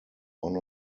one